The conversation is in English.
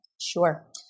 Sure